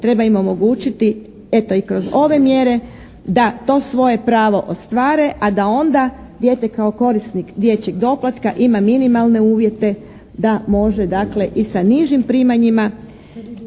treba im omogućiti eto i kroz ove mjere da to svoje pravo ostvare, a da onda dijete kao korisnik dječjeg doplatka ima minimalne uvjete da može dakle i sa nižim primanjima